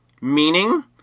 meaning